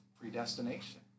predestination